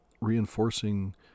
reinforcing